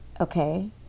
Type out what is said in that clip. Okay